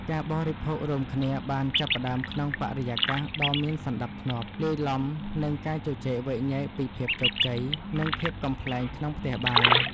ការបរិភោគរួមគ្នាបានចាប់ផ្ដើមក្នុងបរិយាកាសដ៏មានសណ្ដាប់ធ្នាប់ លាយឡំនឹងការជជែកវែកញែកពីភាពជោគជ័យ និងភាពកំប្លែងក្នុងផ្ទះបាយ។